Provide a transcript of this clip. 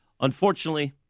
unfortunately